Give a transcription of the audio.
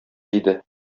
иде